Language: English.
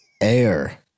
Air